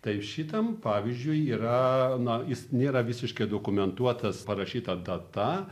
tai šitam pavyzdžiui yra na jis nėra visiškai dokumentuotas parašyta data